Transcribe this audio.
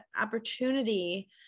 opportunity